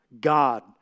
God